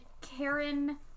Karen